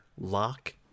lock